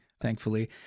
thankfully